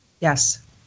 Yes